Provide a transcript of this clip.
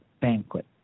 banquet